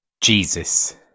Jesus